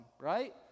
Right